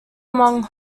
among